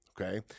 okay